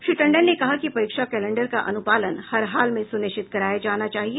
श्री टंडन ने कहा कि परीक्षा कैलेंडर का अनुपालन हर हाल में सुनिश्चित कराया जाना चाहिए